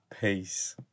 Peace